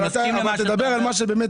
אבל תדבר על הפערים.